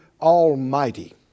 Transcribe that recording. almighty